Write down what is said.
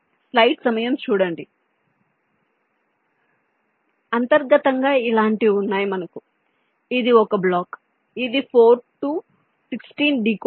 కాబట్టి అంతర్గతంగా ఇలాంటివి ఉన్నాయి మనకు ఇది ఒక బ్లాక్ ఇది 4 టు 16 డీకోడర్